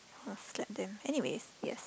I will slap them anyways yes